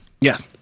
Yes